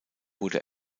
wurde